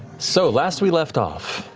so last we left off,